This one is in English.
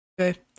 Okay